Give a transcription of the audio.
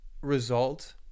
result